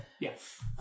Yes